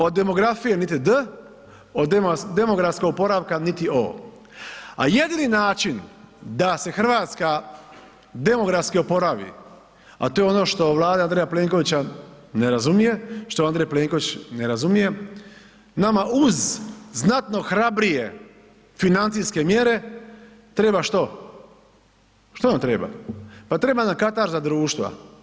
Dakle, od demografije niti D, od demografskog oporavka niti O, a jedini način da se Hrvatska demografski oporavi, a to je ono što Vlada Andreja Plenkovića ne razumije, što Andrej Plenković ne razumije, nama uz znatno hrabrije financijske mjere, treba što, što nam treba, pa treba nam katarza društva.